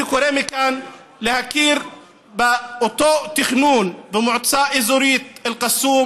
אני קורא מכאן להכיר באותו תכנון במועצה אזורית אל-קסום